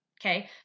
okay